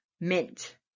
mint